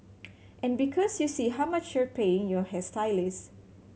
and because you see how much you're paying your hairstylist